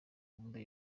mibumbe